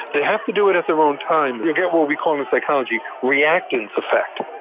they have to do it at their own time they get what we call in psychology reactance effect.